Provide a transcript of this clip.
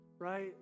Right